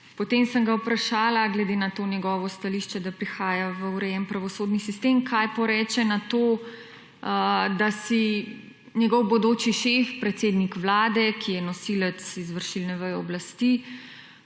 Potem sem ga vprašala glede na to njegovo stališče, da prihaja v urejen pravosodni sistem, kaj poreče na to, da si njegov bodoči šef, predsednik Vlade, ki je nosilec izvršilne veje oblasti,